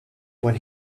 when